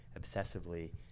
obsessively